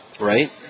Right